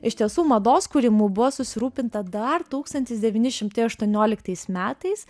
iš tiesų mados kūrimu buvo susirūpinta dar tūkstantis devyni šimtai aštuonioliktais metais